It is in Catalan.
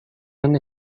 han